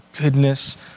goodness